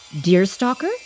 Deerstalker